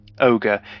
ogre